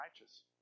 righteous